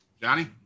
Johnny